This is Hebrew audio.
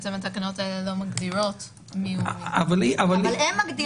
בעצם התקנות האלה לא מגדירות מיהו --- אבל הם מגדירים.